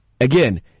Again